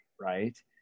right